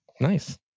Nice